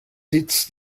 sitz